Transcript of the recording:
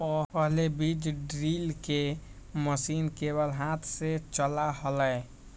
पहले बीज ड्रिल के मशीन केवल हाथ से चला हलय